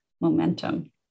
momentum